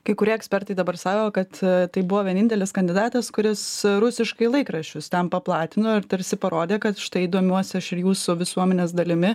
kai kurie ekspertai dabar sako kad tai buvo vienintelis kandidatas kuris rusiškai laikraščius ten paplatino ir tarsi parodė kad štai domiuosi aš ir jūsų visuomenės dalimi